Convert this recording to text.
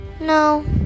No